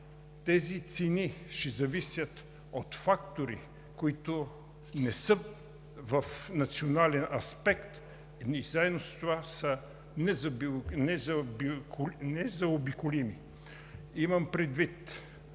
тези цени ще зависят от фактори, които не са в национален аспект, а заедно с това са незаобиколими. Имам предвид